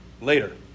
later